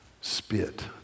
Spit